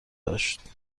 داشت